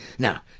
now,